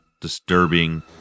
disturbing